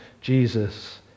Jesus